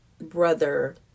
brother